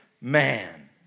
man